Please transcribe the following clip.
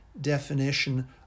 definition